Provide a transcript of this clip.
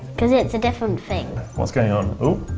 because it's a different thing. what's going on?